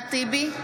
אחמד טיבי,